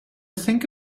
think